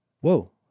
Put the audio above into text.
Whoa